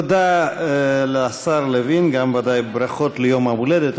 תודה לשר לוין, וגם ודאי ברכות ליום-ההולדת.